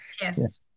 Yes